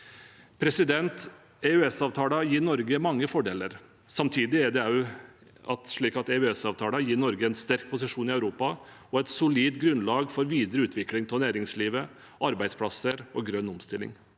i Europa. EØS-avtalen gir Norge mange fordeler. Samtidig er det slik at EØS-avtalen gir Norge en sterk posisjon i Europa og et solid grunnlag for videre utvikling av næringslivet, arbeidsplasser og grønn omstilling.